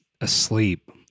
asleep